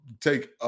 take